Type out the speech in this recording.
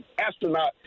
astronaut